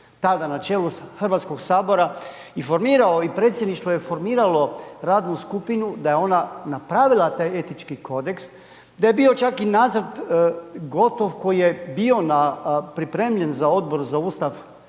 tada na čelu Hrvatskog sabora i formirao i predsjedništvo je formiralo radnu skupinu, da je ona napravila taj etički kodeks, da je bio čak i nacrt gotov koji je bio pripremljen za Odbor za Ustav,